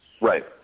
Right